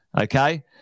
okay